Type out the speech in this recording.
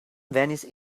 vanished